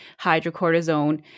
hydrocortisone